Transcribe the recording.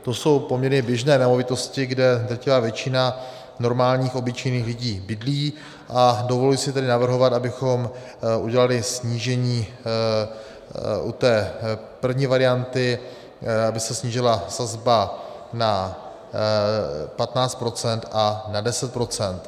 To jsou poměrně běžné nemovitosti, kde drtivá většina normálních obyčejných lidí bydlí, a dovoluji si tedy navrhovat, abychom udělali snížení u té první varianty, aby se snížila sazba na 15 % a na 10 %.